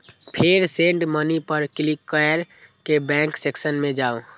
फेर send money पर click कैर के बैंक सेक्शन मे जाउ